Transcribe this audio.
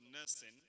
Nursing